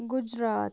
Gujarat